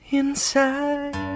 inside